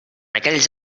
aquells